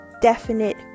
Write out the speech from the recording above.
definite